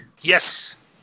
Yes